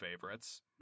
favorites